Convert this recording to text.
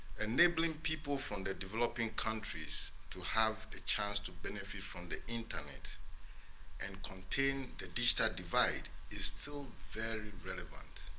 enabling people from their developing countries to have a chance to benefit from the internet and contain the distant divide is still very, very but